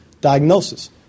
diagnosis